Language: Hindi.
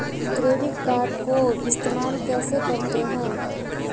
क्रेडिट कार्ड को इस्तेमाल कैसे करते हैं?